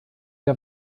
der